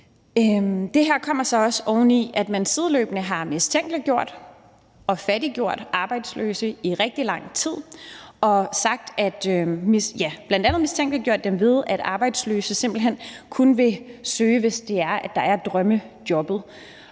Det her kommer så også oven i, at man sideløbende har mistænkeliggjort og fattiggjort arbejdsløse i rigtig lang tid, og det er bl.a. mistænkeliggørelse at sige, at arbejdsløse simpelt hen kun vil søge, hvis det er, at drømmejobbet